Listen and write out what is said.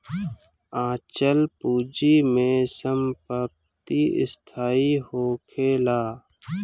अचल पूंजी में संपत्ति स्थाई होखेला